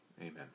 Amen